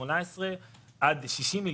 מ-18 ועד 60 מיליון,